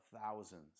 thousands